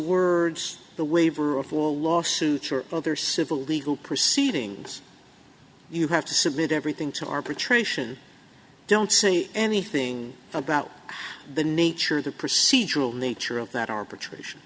words the waiver of all lawsuits or other civil legal proceedings you have to submit everything to arbitration don't say anything about the nature of the procedural nature of that arbitration